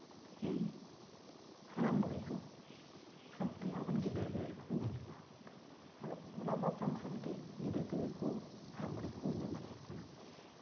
ᱨᱮᱱ ᱦᱟᱲᱟᱢ ᱵᱩᱲᱦᱤ ᱠᱚ ᱥᱟᱶᱛᱮ ᱜᱤᱫᱟᱹᱨᱼᱯᱤᱫᱟᱹᱨ ᱠᱚ ᱧᱮᱞ ᱠᱚᱣᱟ ᱟᱫᱚ ᱚᱱᱟ ᱢᱟ ᱥᱟᱶ ᱥᱟᱶ ᱛᱮ ᱜᱤᱫᱟᱹᱨᱼᱯᱤᱫᱟᱹᱨ ᱠᱚ ᱦᱟᱲᱟᱢ ᱵᱩᱲᱦᱤ ᱠᱚᱠᱚ ᱧᱮᱞ ᱫᱟᱲᱮᱭᱟᱜ ᱠᱟᱱᱟ